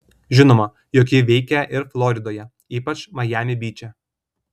žinoma jog ji veikia ir floridoje ypač majami byče